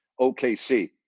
OKC